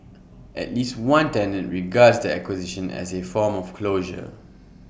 at least one tenant regards the acquisition as A form of closure